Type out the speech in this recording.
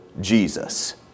Jesus